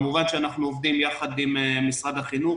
אנחנו כמובן עובדים ביחד עם משרד החינוך,